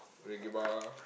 Reggae-Bar